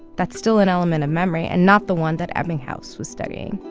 that's still an element of memory and not the one that ebbinghaus was studying